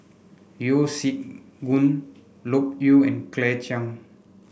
Yeo Siak Goon Loke Yew and Claire Chiang